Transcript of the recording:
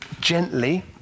gently